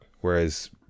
whereas